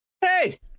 hey